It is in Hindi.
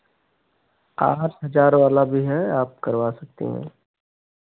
आठ हज़ार वाला भी है आप करवा सकती हैं